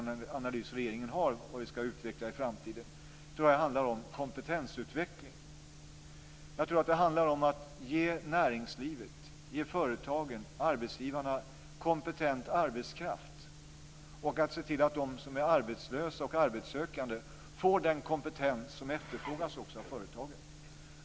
Den allra mest betydelsefulla sektorn är kompetensutveckling. Det handlar om att ge näringslivet, företagen, arbetsgivarna, kompetent arbetskraft, och att se till att de arbetslösa och arbetssökande får den kompetens som efterfrågas av företagen.